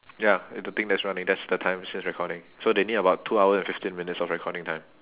ya the thing that's running that's the time says recording so they need about two hour and fifteen minutes of recording time